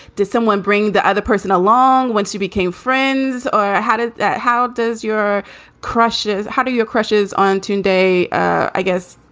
did someone bring the other person along once you became friends? or how did that how does your crushes. how do your crushes on tuesday, i guess,